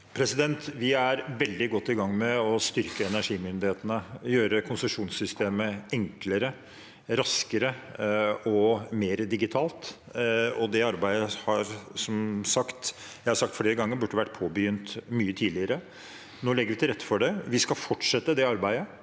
Vi er veldig godt i gang med å styrke energimyndighetene og gjøre konsesjonssystemet enklere, raskere og mer digitalt. Det arbeidet har jeg flere ganger sagt burde vært påbegynt mye tidligere. Nå legger vi til rette for det. Vi skal fortsette det arbeidet,